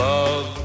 Love